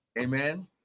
Amen